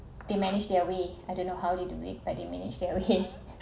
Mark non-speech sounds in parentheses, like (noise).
they manage their way I don't know how did do make but they manage their way (laughs)